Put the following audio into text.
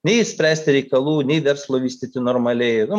nei spręsti reikalų nei verslo vystyti normaliai nu